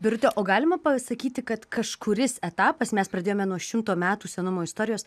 birute o galima pasakyti kad kažkuris etapas mes pradėjome nuo šimto metų senumo istorijos